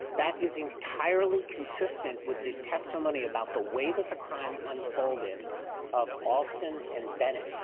that is entirely consistent with the testimony about the way that the crime unfolded of alston and bennett.